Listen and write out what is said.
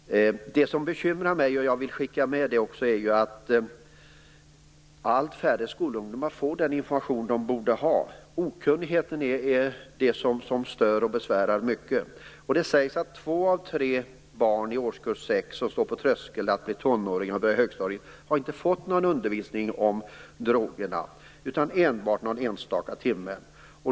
Det som bekymrar mig, och som jag vill skicka med, är att allt färre skolungdomar får den information de borde ha. Okunnigheten är det som stör och besvärar mycket. Det sägs att två av tre barn i årskurs 6, som står på tröskeln att bli tonåring och börja högstadiet, inte har fått någon undervisning om drogerna, utan enbart någon enstaka timme.